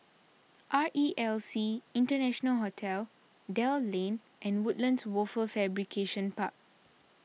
R E L C International Hotel Dell Lane and Woodlands Wafer Fabrication Park